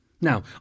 Now